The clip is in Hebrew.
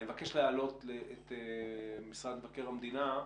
אני מבקש להעלות את משרד מבקר המדינה.